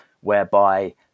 whereby